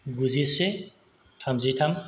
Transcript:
गुजिसे थामजिथाम